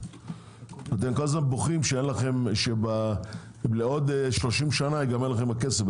אתם אחרי זה בוכים שעוד שלושים שנה ייגמר לכם הכסף.